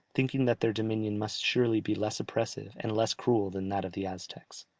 thinking that their dominion must surely be less oppressive and less cruel than that of the aztecs.